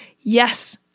Yes